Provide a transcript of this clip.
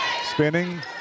Spinning